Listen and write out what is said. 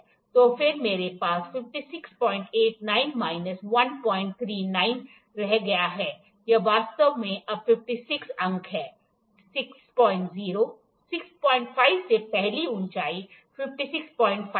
तो फिर मेरे पास 5689 माइनस139 रह गया है यह वास्तव में अब 56 अंक है 60 65 से पहले ऊंचाई 565 है